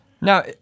Now